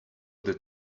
that